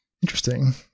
Interesting